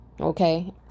Okay